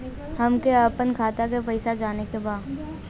हमके आपन खाता के पैसा जाने के बा